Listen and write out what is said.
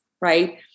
right